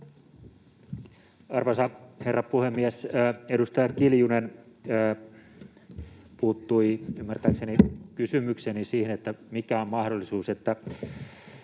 Arvoisa herra puhemies! Edustaja Kiljunen puuttui ymmärtääkseni kysymykseeni, siihen, että mikä on mahdollisuus,